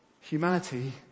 Humanity